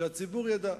שהציבור ידע: